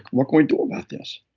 what can we do about this?